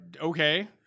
okay